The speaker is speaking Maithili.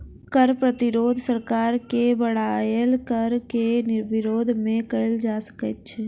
कर प्रतिरोध सरकार के बढ़ायल कर के विरोध मे कयल जा सकैत छै